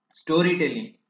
storytelling